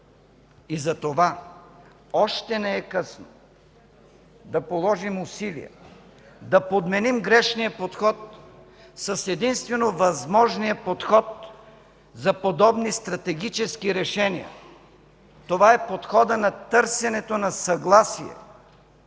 Затова още не е късно да положим усилия да подменим грешния подход с единствено възможния подход за подобни стратегически решения. Това е подходът на търсенето на съгласие